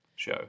Show